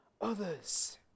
others